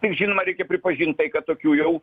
tik žinoma reikia pripažint tai kad tokių jau